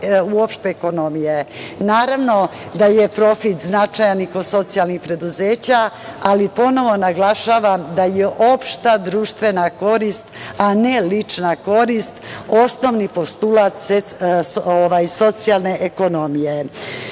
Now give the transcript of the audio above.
uopšte ekonomije. Naravno da je profit značajan i kod socijalnih preduzeća, ali ponovo naglašavam da je opšta društvena korist, a ne lična korist, osnovni postulat socijalne ekonomije. Takođe,